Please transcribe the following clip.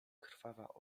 krwawa